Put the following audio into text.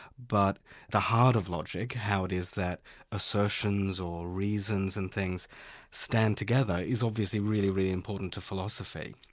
but the heart of logic, how it is that assertions or reasons and things stand together, is obviously really, really important to philosophy.